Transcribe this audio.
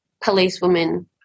policewoman